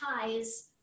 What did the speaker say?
ties